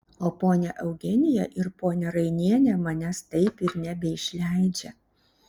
o ponia eugenija ir ponia rainienė manęs taip ir nebeišleidžia